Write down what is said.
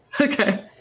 Okay